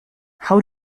how